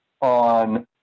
on